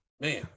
man